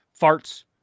Farts